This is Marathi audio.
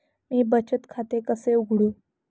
मी बचत खाते कसे उघडू?